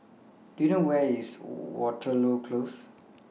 Do YOU know Where IS Waterloo Close